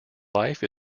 life